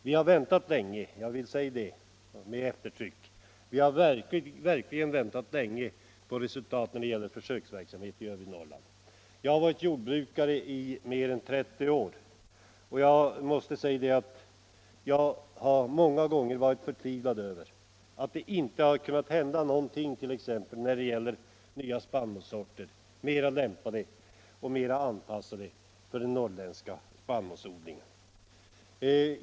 Vi har väntat länge — det vill jag säga med eftertryck — på resultat när det gäller försöksverksamhet i övre Norrland. Jag har varit jordbrukare i mer än 30 år, och jag har många gånger varit förtvivlad över att det inte har hänt någonting, t.ex. när det gällt nya spannmålssorter, mera lämpade för den norrländska spannmålsodlingen.